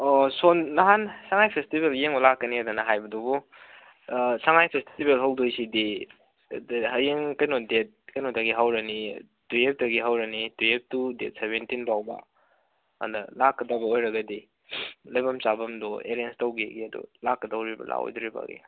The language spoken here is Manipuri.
ꯑꯣ ꯁꯣꯝ ꯅꯍꯥꯟ ꯁꯉꯥꯏ ꯐꯦꯁꯇꯤꯕꯦꯜ ꯌꯦꯡꯕ ꯂꯥꯛꯀꯅꯦꯗꯅ ꯍꯥꯏꯕꯗꯨꯕꯨ ꯁꯉꯥꯏ ꯐꯦꯁꯇꯤꯕꯦꯜ ꯍꯧꯗꯣꯏꯁꯤꯗꯤ ꯍꯌꯦꯡ ꯀꯩꯅꯣ ꯗꯦꯠ ꯀꯩꯅꯣꯗꯒꯤ ꯍꯧꯔꯅꯤ ꯇꯨꯌꯦꯞꯇꯒꯤ ꯍꯧꯔꯅꯤ ꯇꯨꯌꯦꯞ ꯇꯨ ꯗꯦꯠ ꯁꯕꯦꯟꯇꯤꯟ ꯐꯥꯎꯕ ꯑꯗ ꯂꯥꯛꯀꯗꯕ ꯑꯣꯏꯔꯒꯗꯤ ꯂꯩꯐꯝ ꯆꯥꯐꯝꯗꯣ ꯑꯦꯔꯦꯟꯁ ꯇꯧꯒꯦꯌꯦ ꯑꯗꯨ ꯂꯥꯛꯀꯗꯧꯔꯤꯕ꯭ꯔꯥ ꯂꯥꯛꯑꯣꯏꯗꯣꯔꯤꯕ꯭ꯔꯥ